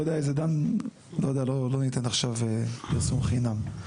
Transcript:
לא יודע, לא יודע, לא ניתן עכשיו פרסום חינם.